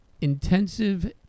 Intensive